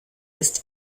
ist